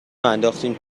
انداختین